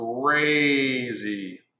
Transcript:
crazy